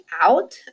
out